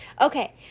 Okay